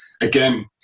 again